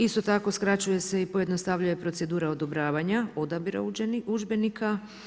Isto tako skraćuje se i pojednostavljuje procedura odobravanja, odabira udžbenika.